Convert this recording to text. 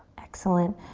excellent.